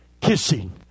kissing